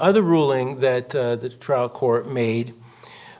other ruling that the trial court made